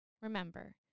Remember